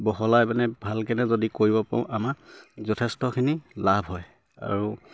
বহলাই মানে ভালকেনে যদি কৰিব পাৰোঁ আমাৰ যথেষ্টখিনি লাভ হয় আৰু